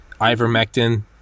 Ivermectin